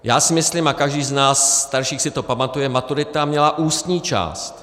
Já si myslím, a každý z nás starších si to pamatuje, maturita měla ústní část.